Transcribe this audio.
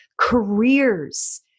careers